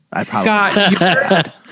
Scott